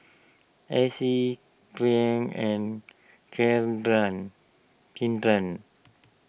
Acie and Kendra Kindom